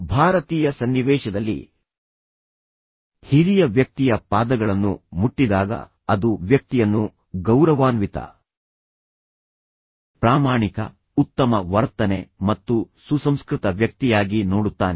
ಭಾರತೀಯ ಸನ್ನಿವೇಶದಲ್ಲಿ ಹಿರಿಯ ವ್ಯಕ್ತಿಯ ಪಾದಗಳನ್ನು ಮುಟ್ಟಿದಾಗ ಅದು ವ್ಯಕ್ತಿಯನ್ನು ಗೌರವಾನ್ವಿತ ಪ್ರಾಮಾಣಿಕ ಉತ್ತಮ ವರ್ತನೆ ಮತ್ತು ಸುಸಂಸ್ಕೃತ ವ್ಯಕ್ತಿಯಾಗಿ ನೋಡುತ್ತಾನೆ